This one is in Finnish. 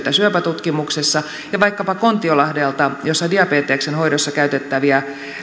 syöpätutkimuksessa ja vaikkapa esimerkki kontiolahdelta jossa diabeteksen hoidossa käytettävien